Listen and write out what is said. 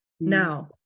now